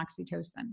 oxytocin